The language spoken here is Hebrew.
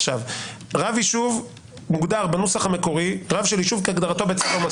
רב יישוב מוגדר בנוסח המקורי רב של יישוב כהגדרתו בצו המועצות.